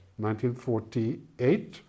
1948